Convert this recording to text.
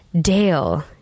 Dale